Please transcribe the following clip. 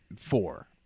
four